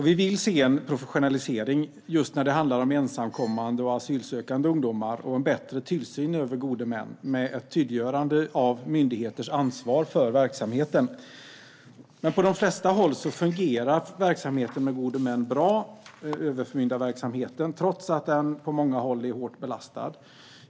Vi vill se en professionalisering just när det handlar om ensamkommande och asylsökande ungdomar och en bättre tillsyn över gode män, med ett tydliggörande av myndigheters ansvar för verksamheten. På de flesta håll fungerar verksamheten med gode män, överförmyndarverksamheten, bra trots att den ofta är hårt belastad.